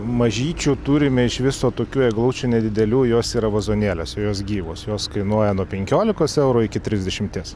mažyčių turime iš viso tokių eglučių nedidelių jos yra vazonėliuose jos gyvos jos kainuoja nuo penkiolikos eurų iki trisdešimties